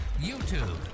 YouTube